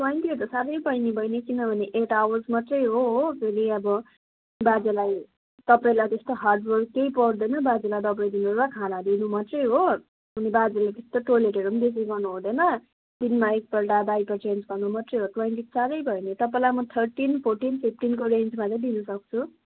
ट्वेन्टीहरू त साह्रै भयो नि बहिनी किन भने एट आवर्स मात्रै हो हो फेरि अब बाजेलाई तपाईँलाई त्यस्तो हार्ड वर्क केही पर्दैन बाजेलाई दबाई दिनु र खाना दिनु मात्रै हो अनि बाजेले त्यस्तो टोइलेटहरू पनि बेसी गर्नु हुँदैन दिनमा एकपल्ट डाइपर चेन्ज गर्नु मात्रै हो ट्वेन्टी त साह्रै भयो नि तपाईँलाई म थर्टिन फोर्टिन फिफटिनको रेन्जमा चाहिँ दिनुसक्छु